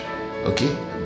okay